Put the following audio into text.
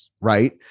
right